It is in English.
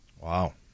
Wow